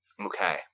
Okay